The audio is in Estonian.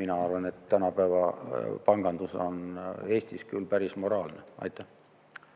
mina arvan, et tänapäeval pangandus on Eestis küll päris moraalne. Varro